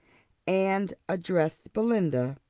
and addressed belinda,